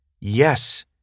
yes